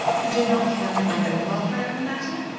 you did not care for my own welfare in the matter?